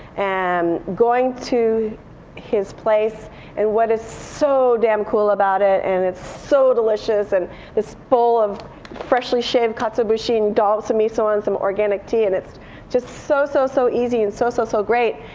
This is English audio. um going to his place and what is so damn, cool about it and it's so delicious and this bowl of freshly shaved katsuobushi and dollop some miso on some organic tea and it's just so, so, so easy and so, so, so great.